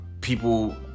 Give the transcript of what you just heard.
people